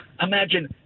imagine